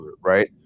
right